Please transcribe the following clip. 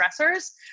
stressors